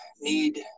need